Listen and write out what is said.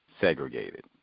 segregated